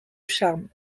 charmes